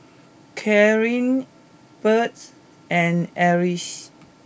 Kylene Bird and Eris